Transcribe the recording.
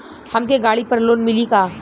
हमके गाड़ी पर लोन मिली का?